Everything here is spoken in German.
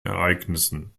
ereignissen